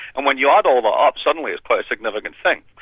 and when you add all that up, suddenly it's quite a significant thing.